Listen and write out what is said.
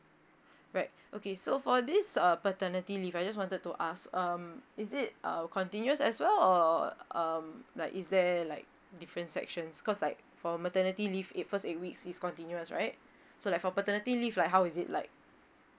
right okay so for this uh paternity leave I just wanted to us um is it uh continuous as well or um like is there like different sections cause like for maternity leave it first eight weeks is continuous right so like for paternity leave like how is it like